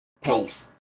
pace